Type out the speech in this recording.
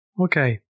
Okay